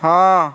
ହଁ